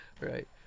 right